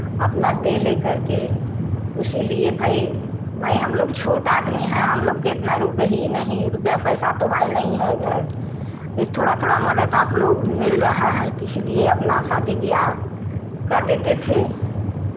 अपना दे ले कर के उसी लिए भाई भाई हमलोग छोट आदमी हैं हमलोग के इतना रुपए ही नहीं रुपैया पैसा तो है नहीं घर थोड़ा थोड़ा मदद आपलोग मिल रहा है तो इसीलिए अपना शादी बियाह कर देते थे